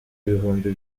ibihumbi